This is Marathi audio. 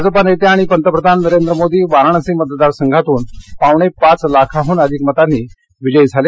भाजपा नेते आणि पंतप्रधान नरेंद्र मोदी वाराणसी मतदारसंघातून पावणे पाच लाखांहून अधिक मतांनी विजयी झाले